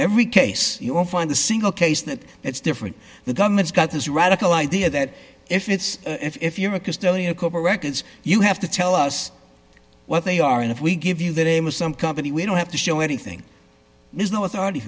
every case you won't find a single case that it's different the government's got this radical idea that if it's if you're a custodian a couple records you have to tell us what they are and if we give you the name of some company we don't have to show anything there's no authority